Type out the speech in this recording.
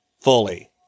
fully